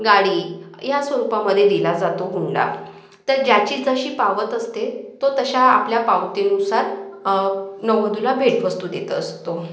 गाडी या स्वरूपामध्ये दिला जातो हुंडा तर ज्याची जशी पावत असते तो तशा आपल्या पावतीनुसार नववधूला भेटवस्तू देत असतो